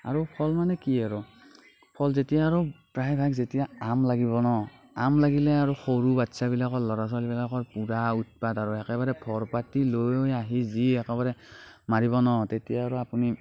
আৰু ফল মানে কি আৰু ফল যেতিয়া আৰু প্ৰায়ভাগ যেতিয়া আম লাগিব ন আম লাগিলে আৰু সৰু বাচ্চাবিলাকৰ ল'ৰা ছোৱালীবিলাকৰ পূৰা উৎপাত আৰু একেবাৰে ভৰপাতি লৈ আহি যি একেবাৰে মাৰিব ন তেতিয়া আৰু আপুনি